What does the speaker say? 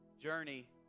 journey